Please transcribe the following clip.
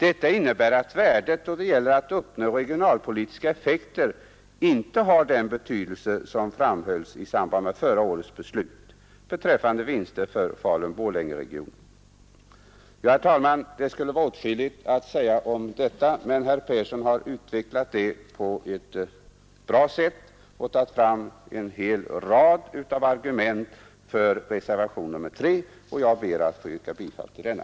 Detta innebär att värdet då det gäller att uppnå regionalpolitiska effekter inte har den betydelse som framhölls i samband med förra årets beslut beträffande vinster för Falun-Borlängeregionen. Herr talman! Det skulle vara åtskilligt mera att säga om detta, men herr Persson har utvecklat det på ett bra sätt och tagit fram en hel rad av argument för reservationen 3, och jag ber att få yrka bifall till denna.